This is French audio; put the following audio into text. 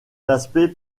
aspect